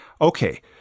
Okay